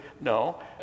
no